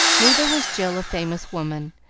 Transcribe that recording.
neither was jill a famous woman,